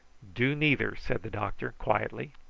do neither! said the doctor quietly.